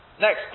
Next